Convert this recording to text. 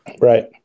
Right